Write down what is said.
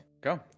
Go